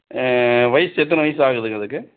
வயது எத்தனை வயது ஆகுதுங்க அதுக்கு